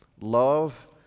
love